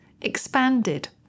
expanded